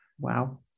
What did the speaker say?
Wow